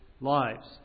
lives